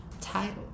Title